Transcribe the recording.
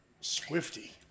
Swifty